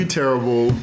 terrible